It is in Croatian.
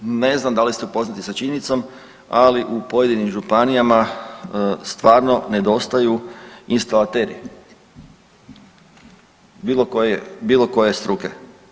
Ne znam da li ste upoznati s činjenicom, ali u pojedinim županijama stvarno nedostaju instalateri bilo koje struke.